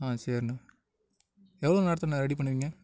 ஆ சேரிண எவ்வளோ நேரத்திலண்ண ரெடி பண்ணுவீங்க